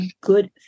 good